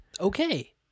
Okay